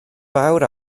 fawr